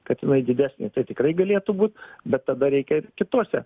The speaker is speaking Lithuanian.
kad jinai didesnė tai tikrai galėtų būt bet tada reikia ir kitose